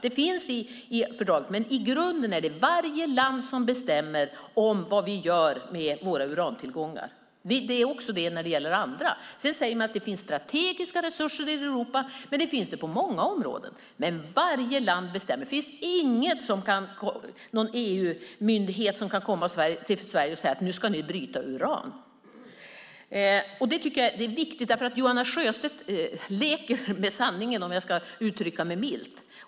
Den finns i fördraget, men i grunden är det varje land som bestämmer vad man gör med sina urantillgångar. Så är det också när det gäller andra. Man säger att det finns strategiska resurser i Europa, men det finns det på många områden. Varje land bestämmer. Det finns ingen EU-myndighet som kan komma till Sverige och säga: Nu ska ni bryta uran! Det är viktigt att säga detta, för Jonas Sjöstedt leker med sanningen - om jag ska uttrycka mig milt.